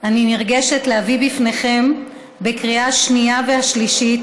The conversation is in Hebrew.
אני נרגשת להביא לפניכם לקריאה שנייה ושלישית